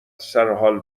سرحال